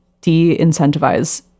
de-incentivize